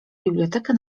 bibliotekę